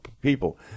people